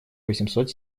восемьсот